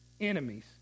enemies